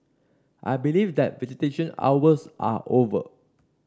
I believe that visitation hours are over